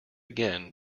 again